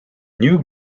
new